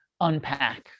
unpack